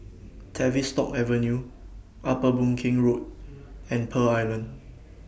Tavistock Avenue Upper Boon Keng Road and Pearl Island